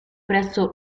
presso